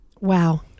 Wow